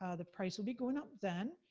ah the price will be going up then.